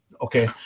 Okay